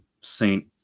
Saint